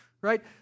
right